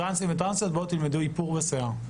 טרנסים וטרנסיות, בואו תלמדו איפור ושיער.